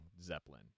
Zeppelin